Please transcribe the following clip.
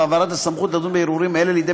והעברת הסמכות לדון בערעורים אלה לידי